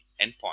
endpoint